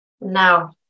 Now